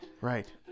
Right